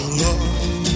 love